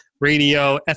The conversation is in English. radio